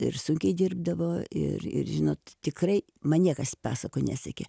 ir sunkiai dirbdavo ir ir žinot tikrai man niekas pasakų nesekė